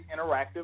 interactive